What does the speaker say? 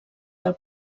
del